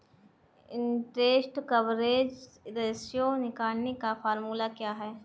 Interest coverage ratio निकालने का formula क्या है?